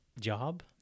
job